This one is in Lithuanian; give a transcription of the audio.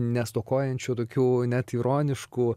nestokojančiu tokių net ironiškų